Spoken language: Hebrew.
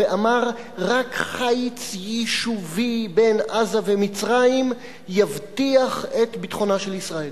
ואמר: רק חיץ יישובי בין עזה ומצרים יבטיח את ביטחונה של ישראל.